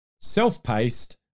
self-paced